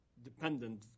dependent